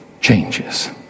changes